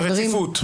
-- הרציפות.